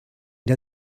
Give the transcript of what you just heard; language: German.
der